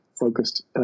focused